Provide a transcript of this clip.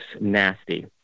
nasty